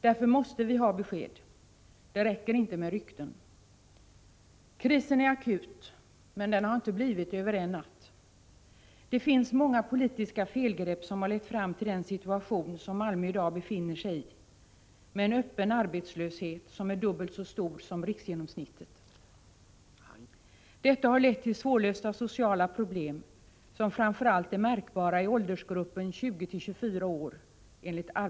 Därför måste vi ha besked. Det räcker inte med rykten. Krisen är akut, men det har den inte blivit över en natt. Det finns många politiska felgrepp som har lett fram till den situation som Malmö i dag befinner sig i, med en öppen arbetslöshet som är dubbelt så stor som riksgenomsnittet. Detta har lett till svårlösta sociala problem, som enligt arbetsförmedlingen framför allt är märkbara i åldersgruppen 20-24 år.